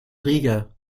riga